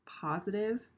positive